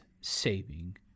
saving